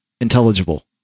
intelligible